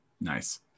Nice